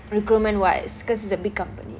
recruitment wise because it's a big company